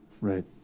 right